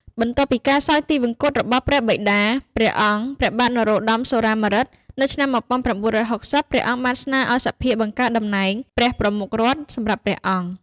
បន្ទាប់ពីការសោយទិវង្គតរបស់ព្រះបិតាព្រះអង្គ ព្រះបាទ នរោត្តម សុរាម្រិត នៅឆ្នាំ ១៩៦០ ព្រះអង្គបានស្នើឱ្យសភាបង្កើតតំណែង ព្រះប្រមុខរដ្ឋ សម្រាប់ព្រះអង្គ។